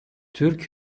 türk